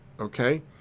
Okay